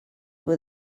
were